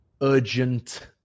urgent